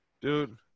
Dude